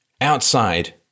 outside